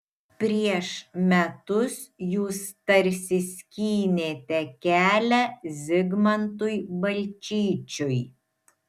prieš metus jūs tarsi skynėte kelią zigmantui balčyčiui